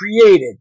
created